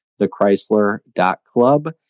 thechrysler.club